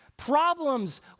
problems